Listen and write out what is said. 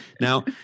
Now